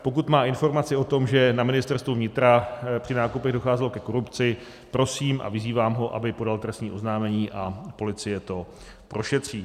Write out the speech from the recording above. Pokud má informaci o tom, že na Ministerstvu vnitra při nákupech docházelo ke korupci, prosím a vyzývám ho, aby podal trestní oznámení, a policie to prošetří.